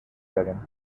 داریم